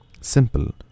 simple